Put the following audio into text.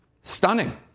Stunning